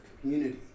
community